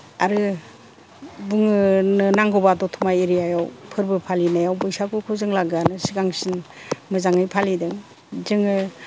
आरो बुंनो नांगौबा दतमा एरियायाव फोरबो फालिनायाव बैसागुखौ जों लागोआनो सिगांसिन मोजाङै फालिदों जोङो